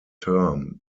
term